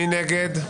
מי נגד?